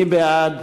מי בעד?